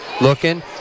looking